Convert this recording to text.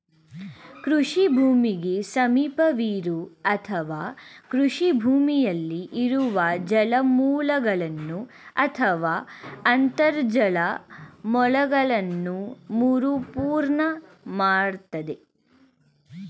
ಕೃಷಿ ಭೂಮಿಗೆ ಸಮೀಪವಿರೋ ಅಥವಾ ಕೃಷಿ ಭೂಮಿಯಲ್ಲಿ ಇರುವ ಜಲಮೂಲಗಳನ್ನು ಅಥವಾ ಅಂತರ್ಜಲ ಮೂಲಗಳನ್ನ ಮರುಪೂರ್ಣ ಮಾಡ್ತದೆ